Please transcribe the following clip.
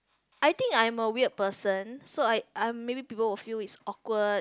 I think I'm a weird person so I I maybe people feel is awkward